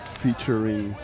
featuring